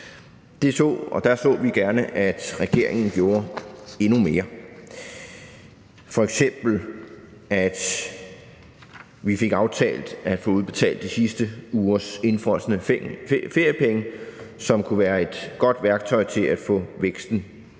job. Og der så vi gerne, at regeringen gjorde endnu mere – f.eks. at vi fik aftalt at få udbetalt de sidste ugers indefrosne feriepenge, som kunne være et godt værktøj til at få væksten